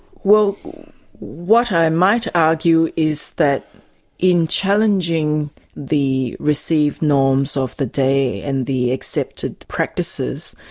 well what i might argue is that in challenging the received norms of the day and the accepted practices,